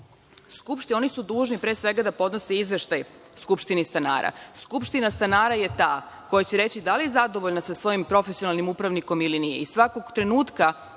kontroliše? Oni su dužni, pre svega, da podnose izveštaj skupštini stanara. Skupština stanara je ta koja će reći da li je zadovoljna sa svojim profesionalnim upravnikom ili nije